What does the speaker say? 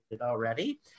already